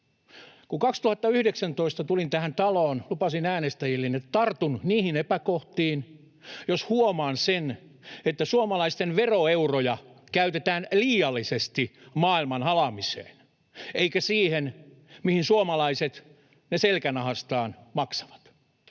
Kun 2019 tulin tähän taloon, lupasin äänestäjilleni, että tartun niihin epäkohtiin, jos huomaan sen, että suomalaisten veroeuroja käytetään liiallisesti maailman halaamiseen eikä siihen, mihin suomalaiset ne selkänahastaan maksavat.